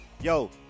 Yo